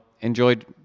enjoyed